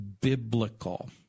biblical